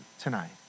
tonight